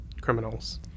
Criminals